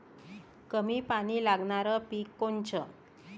कमी पानी लागनारं पिक कोनचं?